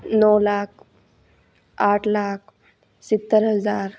नौ लाख आठ लाख सत्तर हज़ार